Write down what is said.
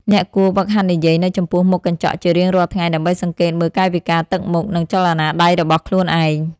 អ្នកគួរហ្វឹកហាត់និយាយនៅចំពោះមុខកញ្ចក់ជារៀងរាល់ថ្ងៃ ដើម្បីសង្កេតមើលកាយវិការ ទឹកមុខ និងចលនាដៃរបស់ខ្លួនឯង។